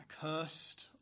cursed